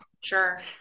Sure